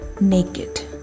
naked